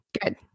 Good